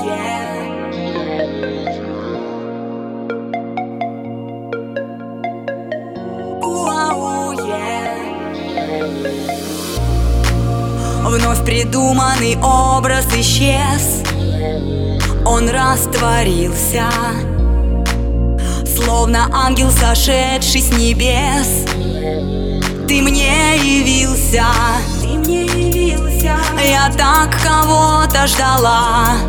Yeah. Yeah. Yeah. Yeah. Вновь придуманный образ исчез. Yeah. Он растворился, словно ангел, сошедший с небес. Yeah. Ты мне явился. Yeah. Ты мне явился. Yeah. Я так кого-то ждала.